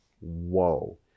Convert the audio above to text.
whoa